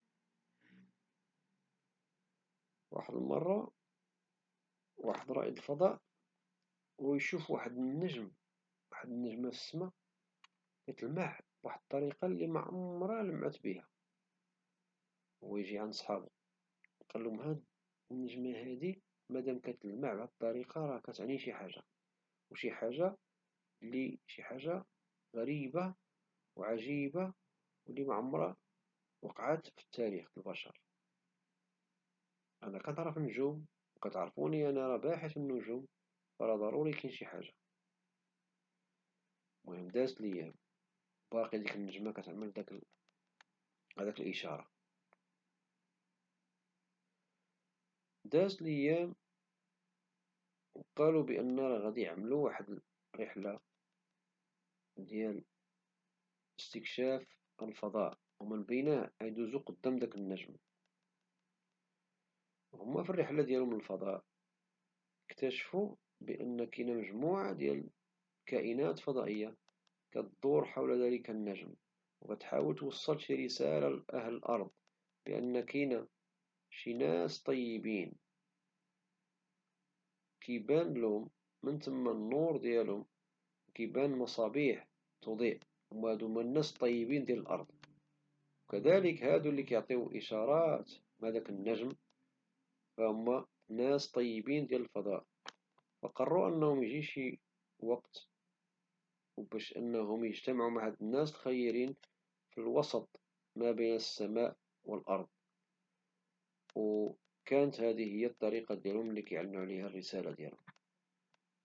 واحد المرة واحد رائد فضاء هو يشوف واحد النجم واحد النجمة فالسما كتلمع بواحد الطريقة اللي معمرها لمعت بها هو يجي عند صحابو قالهم هاد النجمة هادي مداك كتلمع بهاد الطربقة راه كتعني شي حاجة او شي حاجة اللي غريبة او عجيبة او اللي معمرها وقعت في التاريخ د البشر